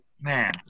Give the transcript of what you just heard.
man